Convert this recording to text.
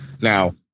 Now